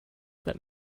that